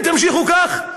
אם תמשיכו כך,